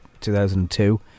2002